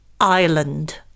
island